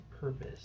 purpose